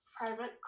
private